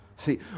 See